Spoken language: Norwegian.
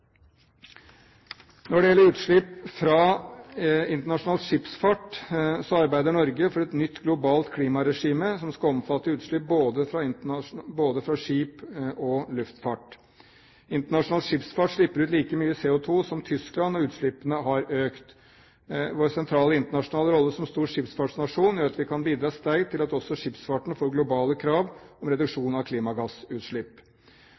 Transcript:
Når det gjelder utslipp fra internasjonal skipsfart, arbeider Norge for et nytt globalt klimaregime som skal omfatte utslipp både fra skip og luftfart. Internasjonal skipsfart slipper ut like mye CO2 som Tyskland, og utslippene har økt. Vår sentrale internasjonale rolle som stor skipsfartsnasjon gjør at vi kan bidra sterkt til at også skipsfarten får globale krav om